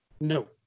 No